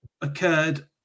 occurred